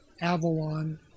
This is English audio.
Avalon